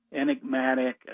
enigmatic